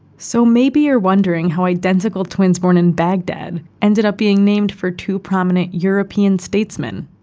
so maybe you're wondering how identical twins born in baghdad ended up being named for two prominent european statesmen?